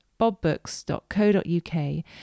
bobbooks.co.uk